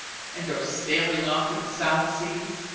and go sailing off to the south seas?